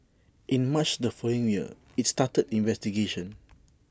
in March the following year IT started investigations